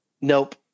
Nope